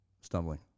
stumbling